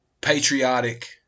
patriotic